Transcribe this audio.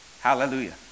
Hallelujah